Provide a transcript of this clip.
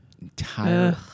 entire